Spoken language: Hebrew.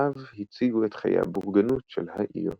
שעבודותיו הציגו את חיי הבורגנות של העיר.